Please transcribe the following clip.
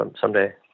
someday